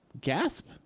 gasp